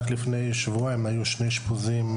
רק לפני שבועיים היו שני אשפוזים,